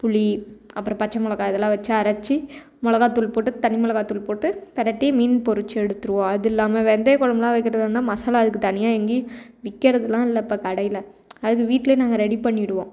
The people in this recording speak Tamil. புளி அப்புறம் பச்சை மிளகா இதெல்லாம் வச்சு அரைத்து மிளகாத்தூள் போட்டு தனி மிளகாத்தூள் போட்டு பிரட்டி மீன் பொரித்து எடுத்துடுவோம் அதில்லாம வெந்தய குழம்புலாம் வைக்கிறதா இருந்தால் மசாலா அதுக்கு தனியாக எங்கேயும் விற்கிறதுலாம் இல்லை இப்போ கடையில் அதுக்கு வீட்டிலே நாங்கள் ரெடி பண்ணிடுவோம்